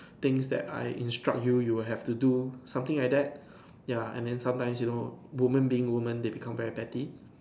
things that I instruct you you will have to do something like that ya and then sometimes you know woman being woman they become very petty